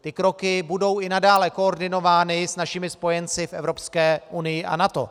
Ty kroky budou i nadále koordinovány s našimi spojenci v Evropské unii a NATO.